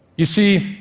you see,